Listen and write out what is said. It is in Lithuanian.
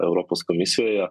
europos komisijoje